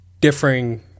differing